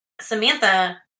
Samantha